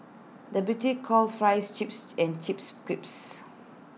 the British calls Fries Chips and Chips Crisps